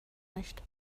nicht